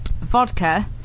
vodka